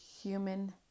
human